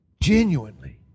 genuinely